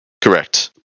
correct